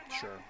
Sure